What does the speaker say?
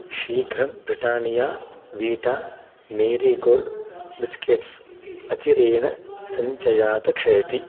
शीघ्रं Britannia Vita Marie gold biscuits अचिरेण सञ्चयात् क्षयति